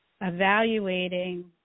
evaluating